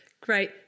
Great